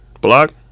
Block